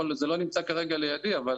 זה לא נמצא כרגע לידי, אבל